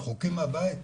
רחוקים מהבית,